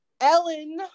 Ellen